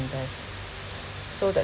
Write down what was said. invest so that's